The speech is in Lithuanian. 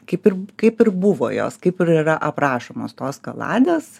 kaip ir kaip ir buvo jos kaip ir yra aprašomos tos kaladės